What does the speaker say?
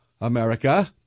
America